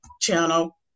channel